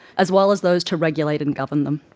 as well as those to regulate and govern them.